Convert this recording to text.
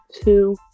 two